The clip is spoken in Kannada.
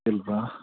ಇಲ್ಲವಾ